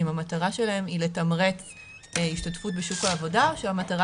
אם המטרה שלהן היא לתמרץ השתתפות בשוק העבודה או שהמטרה